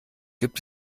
gibt